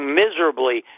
miserably